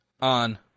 on